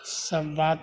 सभ बात